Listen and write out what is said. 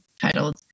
titled